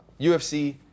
UFC